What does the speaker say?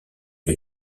une